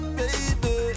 baby